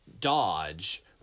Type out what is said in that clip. dodge